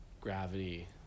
gravity